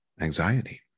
anxiety